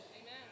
Amen